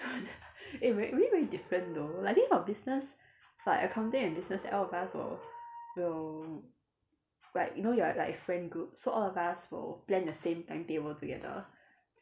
eh really really very different though I think for business like accounting and business like all of us will will like you know your like friend group so all of us will plan the same timetable together